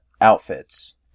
outfits